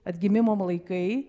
atgimimo laikai